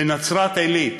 בנצרת-עילית,